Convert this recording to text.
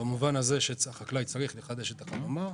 במובן זה שהחקלאי צריך לחדש את החממה,